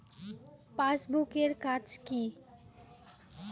Passbook এর কাজ কি?